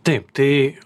taip tai